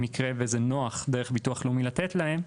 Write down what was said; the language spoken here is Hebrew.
במקרה וזה נוח לביטוח לאומי לתת להם,